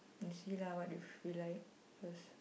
see lah what if we like cause